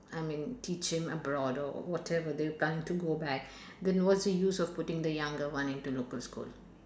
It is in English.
I mean teach him abroad or whatever they are planning to go back then what's the use of putting the younger one in to local school